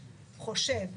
חושב,